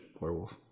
werewolf